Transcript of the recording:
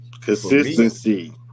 Consistency